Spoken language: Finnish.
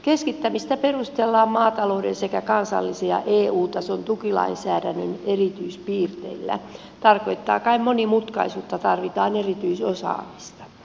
keskittämistä perustellaan maatalouden sekä kansallisen ja eu tason tukilainsäädännön erityispiirteillä tarkoittaa kai monimutkaisuutta tarvitaan erityisosaamista